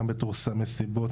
גם בתור סם מסיבות.